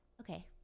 okay